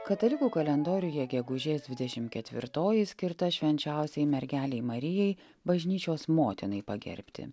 katalikų kalendoriuje gegužės dvidešim ketvirtoji skirta švenčiausiajai mergelei marijai bažnyčios motinai pagerbti